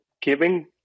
giving